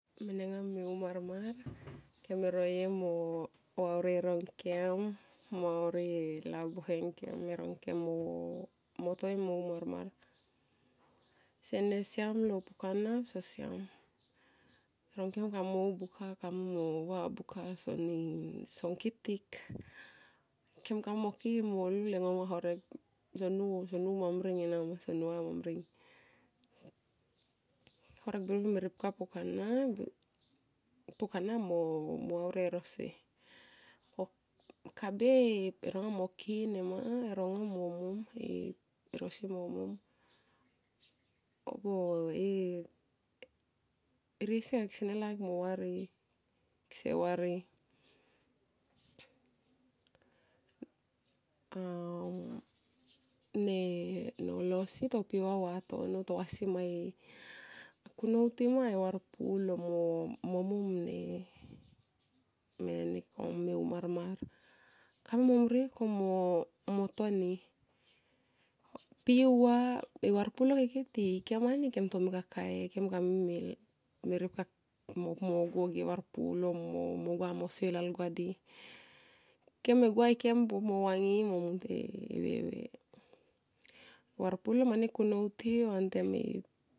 Menenga me u mamar kene roye mo vauri rongkem mo vauri e labuhe ngkem kemo toi mo u marmar sene siam lo pukana sa siam erongkem kamo u buka kamo va buka so ning song kitik. Kem kamo ki i mo lu anga lema horek son nu mo son nu mambring mo so nuva mambring alema horek. Horek birbir me ripka pukana, pukana mo vauri. Kabe e ronga mo ki i nema erong mo mom erosi mo mom. Ngo e e eriesi anga kesenelaik mo var i kese var i. A ne ne nolo si to pi auva vatono to vasi ma e kunnou ti ma e varpulo mo mom ne ne meni ko me umarmar kamo nonsie ko mo toni. Pi auva e varpulo ke keti yo ni kem to me kakae kekamime ripka kain anna anga mo pu mo go anga ge a varpulo o gua mo so e lalgua di keme gua kem buop mo te e veve varpulo mani kunnou ti vantem.